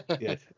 yes